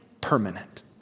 permanent